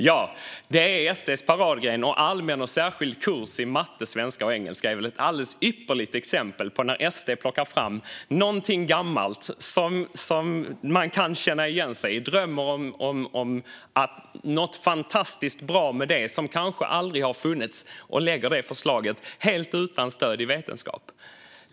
Ja, det är SD:s paradgren, och allmän och särskild kurs i matte, svenska och engelska är ett alldeles ypperligt exempel på när SD plockar fram något gammalt som man kan känna igen sig i, drömmer om något fantastiskt bra med detta som kanske aldrig har funnits och lägger fram detta förslag helt utan stöd i vetenskapen.